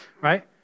right